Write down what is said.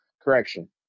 Correction